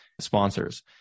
sponsors